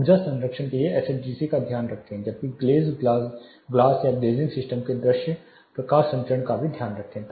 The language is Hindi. ऊर्जा संरक्षण के लिए SHGC का ध्यान रखें जबकि ग्लेज़ ग्लास या ग्लेज़िंग सिस्टम के दृश्य प्रकाश संचरण का भी ध्यान रखें